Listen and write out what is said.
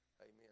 Amen